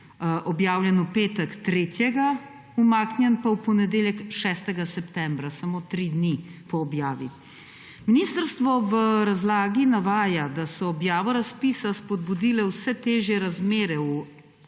objavljen v petek, 3. 9., umaknjen pa v ponedeljek, 6. septembra, samo tri dni po objavi. Ministrstvo v razlagi navaja, da so objavo razpisa spodbudile vse težje razmere v